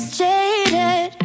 jaded